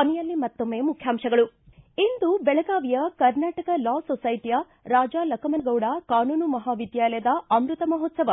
ಕೊನೆಯಲ್ಲಿ ಮತ್ತೊಮ್ಮೆ ಮುಖ್ಯಾಂಶಗಳು ್ಷಿ ಇಂದು ಬೆಳಗಾವಿಯ ಕರ್ನಾಟಕ ಲಾ ಸೊಸ್ಟೆಟಿಯ ರಾಜಾ ಲಖಮಗೌಡ ಕಾನೂನು ಮಹಾ ವಿದ್ಯಾಲಯದ ಅಮೃತ ಮಹೋತ್ಸವ